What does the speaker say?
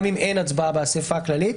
גם אם אין הצבעה באסיפה הכללית,